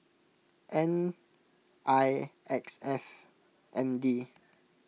N I X F M D